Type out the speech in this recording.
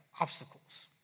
obstacles